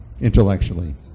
intellectually